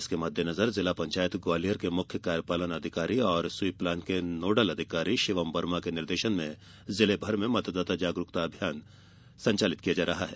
इसके मददेनजर जिला पंचायत ग्वालियर के मुख्य कार्यपालन अधिकारी और स्वीप प्लान के नोडल अधिकारी शिवम वर्मा के निर्देशन में जिलेभर में मतदाता जागरूकता अभियान चलाया जा रहा है